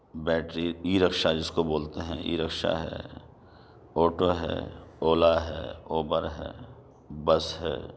battery e rickshaw جس کو بولتے ہیں ای رکشہ ہے آٹو ہے اولا ہے اوبر ہے بس ہے